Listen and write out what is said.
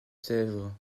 sèvres